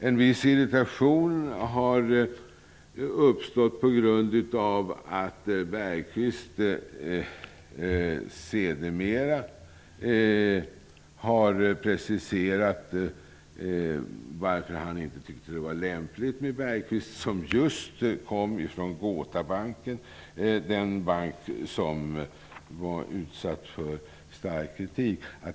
En viss irritation har uppstått på grund av att Sahlén sedermera har preciserat varför han inte tyckte det var lämpligt med Bergqvist, som kom just från Gota Bank, den bank som var utsatt för stark kritik.